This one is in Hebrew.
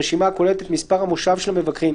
רשימה הכוללת את מספר המושב של המבקרים,